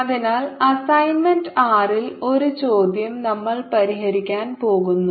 അതിനാൽ അസൈൻമെന്റ് ആറിലെ ഒരു ചോദ്യം നമ്മൾ പരിഹരിക്കാൻ പോകുന്നു